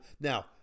Now